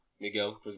Miguel